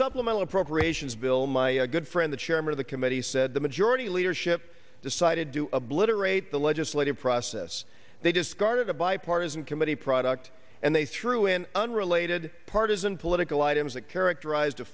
supplemental appropriations bill my good friend the chairman of the committee said the majority leadership decided to obliterate the legislative process they discarded a bipartisan committee product and they threw in unrelated partisan political items that characterize